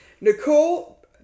Nicole